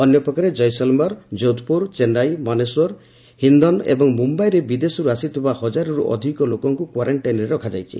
ଅନ୍ୟ ପକ୍ଷରେ ଜୈସଲମେର ଜୋଧପୁର ଚେନ୍ନାଇ ମାନେସର ହିନ୍ଦନ ଏବଂ ମୁମ୍ବାଇରେ ବିଦେଶରୁ ଆସିଥିବା ହଜାରେରୁ ଅଧିକ ଲୋକଙ୍କୁ କ୍ୱାରେଷ୍ଟାଇନ୍ରେ ରଖାଯାଇଛି